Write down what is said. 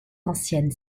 ancienne